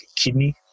kidney